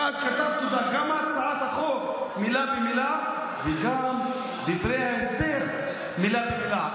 כי את כתבת גם בהצעה מילה במילה וגם בדברי ההסבר מילה במילה.